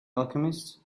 alchemist